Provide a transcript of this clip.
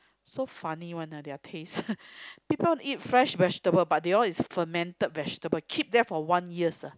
so funny one ah their taste people eat fresh vegetable but they want to eat fermented vegetable keep there for one years ah